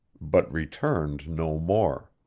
but returned no more.